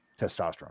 testosterone